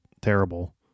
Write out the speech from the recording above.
terrible